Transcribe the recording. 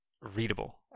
readable